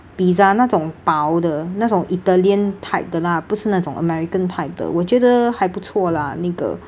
pizza 那种薄的那种 italian type 的啦不是那种 american type 的我觉得还不错啦那个